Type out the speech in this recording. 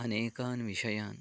अनेकान् विषयान्